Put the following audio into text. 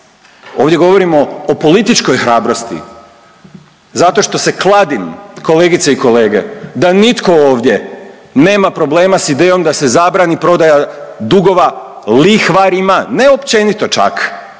ovdje govorimo o političkoj hrabrosti zato što se kladim, kolegice i kolege, da nitko ovdje nema problema s idejom da se zabrani prodaja dugova lihvarima, ne općenito čak,